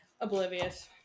oblivious